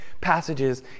passages